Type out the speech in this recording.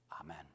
Amen